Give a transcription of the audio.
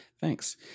Thanks